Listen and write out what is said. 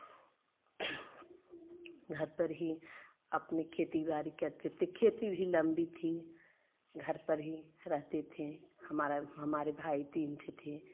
घर पर ही अपनी खेती बाड़ी करते थे खेती भी लंबी थी घर पर ही रहते थे हमारा हमारे भाई तीन ठी होते हैं